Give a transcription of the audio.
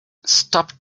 stop